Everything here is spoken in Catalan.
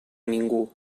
ningú